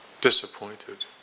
disappointed